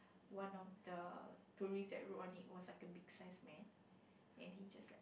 one of the tourist that was riding was like a big size man and he